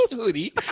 hoodie